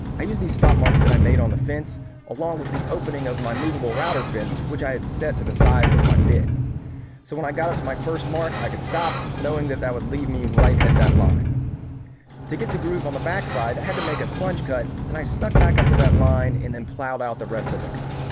i used these stop marks that i made on the fence along with the opening of my moveable router fence which i had set to the size of my bit so when i got it to my first mark, i could stop knowing that that would leave me right at that line to get the groove on the back side i had to make a plunge cut and i snuck back up to that line and then plowed out the rest of the cut